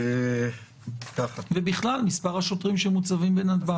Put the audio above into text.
מנתב"ג, ובכלל, מספר השוטרים שמוצבים בנתב"ג.